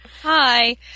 Hi